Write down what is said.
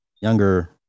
younger